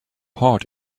heart